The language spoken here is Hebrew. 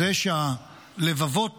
הלבבות